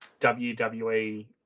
WWE